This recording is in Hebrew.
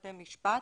בתי-משפט.